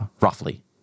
roughly